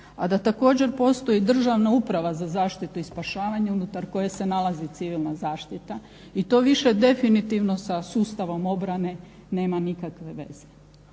a da također postoji Državna uprava za zaštitu i spašavanje unutar koje se nalazi civilna zaštita. I to više definitivno sa sustavom obrane nema nikakve veze.